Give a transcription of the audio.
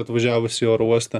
atvažiavus į oro uostą